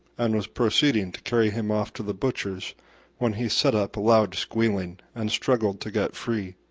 and was proceeding to carry him off to the butcher's when he set up a loud squealing and struggled to get free.